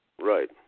Right